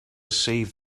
save